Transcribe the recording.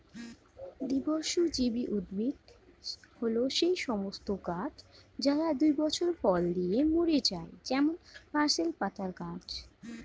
দ্বিবর্ষজীবী উদ্ভিদ হল সেই সমস্ত গাছ যারা দুই বছর ফল দিয়ে মরে যায় যেমন পার্সলে পাতার গাছ